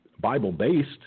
Bible-based